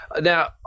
Now